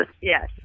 Yes